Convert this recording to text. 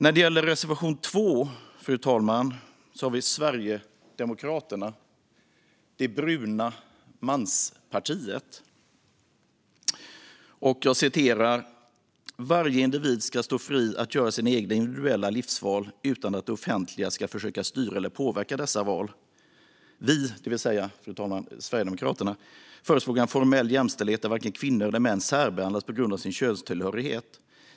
När det gäller reservation 2 skriver Sverigedemokraterna, det bruna manspartiet: "Varje individ ska stå fri att göra sina egna individuella livsval, utan att det offentliga ska försöka styra eller påverka dessa val. Vi förespråkar en formell jämställdhet där varken kvinnor eller män särbehandlas på grund av sin könstillhörighet.